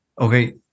okay